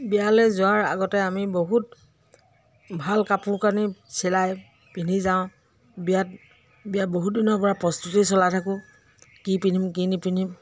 বিয়ালে যোৱাৰ আগতে আমি বহুত ভাল কাপোৰ কানি চিলাই পিন্ধি যাওঁ বিয়াত বিয়াৰ বহুদিনৰ পৰা প্ৰস্তুতি চলাই থাকোঁ কি পিন্ধিম কি নিপিন্ধিম